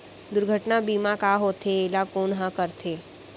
दुर्घटना बीमा का होथे, एला कोन ह करथे?